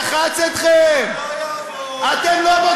את לוד.